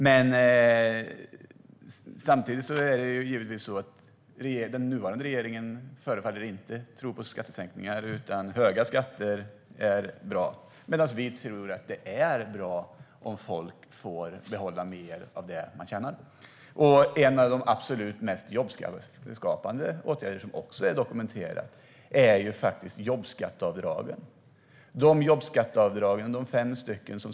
Den nuvarande regeringen förefaller inte tro på skattesänkningar utan anse att höga skatter är bra, medan vi tror att det är bra om folk får behålla mer av det de tjänar. En av de absolut mest jobbskapande åtgärderna är jobbskatteavdragen, vilket är dokumenterat.